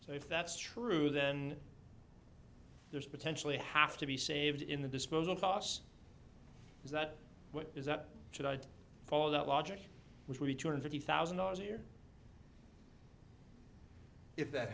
so if that's true then there's potentially have to be saved in the disposal cost is that what is that should i follow that logic which we joined thirty thousand dollars a year if that